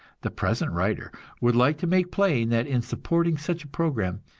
the present writer would like to make plain that in supporting such a program,